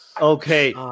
Okay